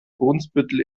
brunsbüttel